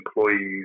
employees